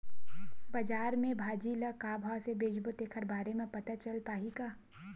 बजार में भाजी ल का भाव से बेचबो तेखर बारे में पता चल पाही का?